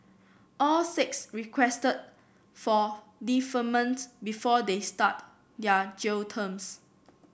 all six requested for deferment before they start their jail terms